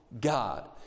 God